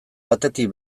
batetik